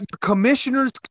Commissioner's